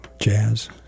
Jazz